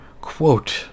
Quote